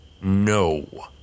No